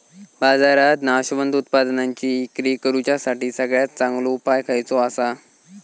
बाजारात नाशवंत उत्पादनांची इक्री करुच्यासाठी सगळ्यात चांगलो उपाय खयचो आसा?